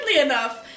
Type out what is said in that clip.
enough